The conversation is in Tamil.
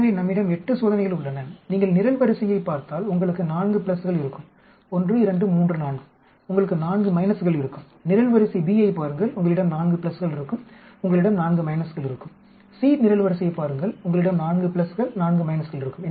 எனவே நம்மிடம் 8 சோதனைகள் உள்ளன நீங்கள் நிரல்வரிசையைப் பார்த்தால் உங்களுக்கு 4 பிளஸ்கள் இருக்கும் 1 2 3 4 உங்களுக்கு 4 மைனஸ்கள் இருக்கும் நிரல்வரிசை B யைப் பாருங்கள் உங்களிடம் நான்கு பிளஸ்கள் இருக்கும் உங்களிடம் 4 மைனஸ்கள் இருக்கும் C நிரல்வரிசையைப் பாருங்கள் உங்களிடம் 4 பிளஸ்கள் 4 மைனஸ்கள் இருக்கும்